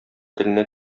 теленә